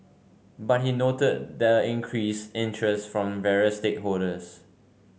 but he noted the increased interest from various stakeholders